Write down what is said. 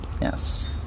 Yes